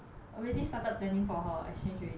already started planning for her exchange already eh